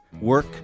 work